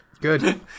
Good